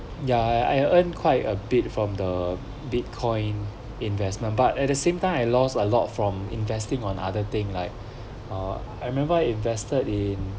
ya I I earn quite a bit from the bitcoin investment but at the same time I lost a lot from investing on other thing like uh I remember I invested in